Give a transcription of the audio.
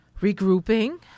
regrouping